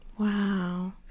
Wow